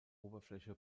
oberfläche